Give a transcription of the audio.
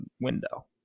window